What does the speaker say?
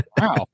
Wow